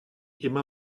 immer